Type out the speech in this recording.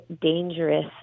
dangerous